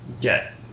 get